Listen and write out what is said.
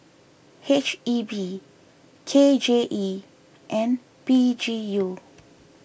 H E B K J E and P G U